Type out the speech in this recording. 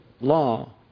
law